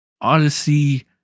Odyssey